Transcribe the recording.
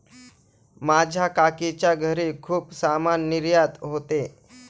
माझ्या काकीच्या घरी खूप सामान निर्यात होते